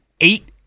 eight